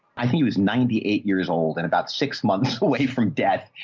i think he was ninety eight years old and about six months away from death.